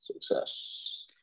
Success